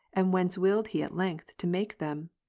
and whence willed he at length to make them,